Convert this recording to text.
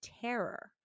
terror